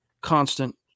constant